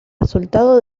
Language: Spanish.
resultado